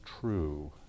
true